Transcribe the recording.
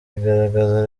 bigaragaza